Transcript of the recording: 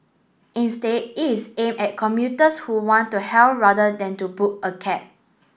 instead it is aimed at commuters who want to hail rather than book a cab